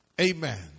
amen